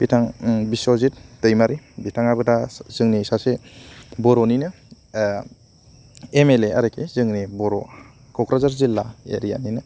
बिथां बिश्वजित दैमारि बिथाङाबो दा जोंनि सासे बर'निनो एम एल ए आरोकि जोंनि बर' क'क्राझार जिल्ला एरियानिनो